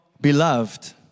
beloved